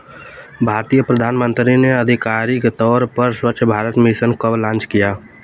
भारतीय प्रधानमंत्री ने आधिकारिक तौर पर स्वच्छ भारत मिशन कब लॉन्च किया?